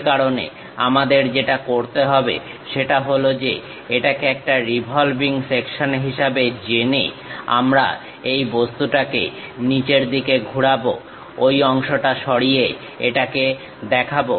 সে কারণে আমাদের যেটা করতে হবে সেটা হলো যে এটাকে একটা রিভলভিং সেকশন হিসাবে জেনে আমরা এই বস্তুটাকে নিচের দিকে ঘুরাবো ঐ অংশটা সরিয়ে এটাকে দেখাবো